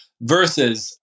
versus